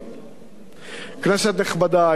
כנסת נכבדה, אזרחי ישראל,